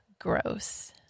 Gross